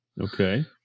Okay